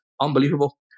unbelievable